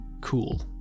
cool